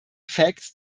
effects